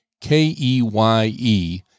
k-e-y-e